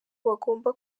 bagomba